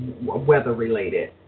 weather-related